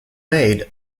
made